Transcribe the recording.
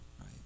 right